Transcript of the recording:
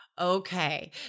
Okay